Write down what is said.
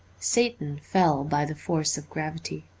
satan fell by the force of gravity.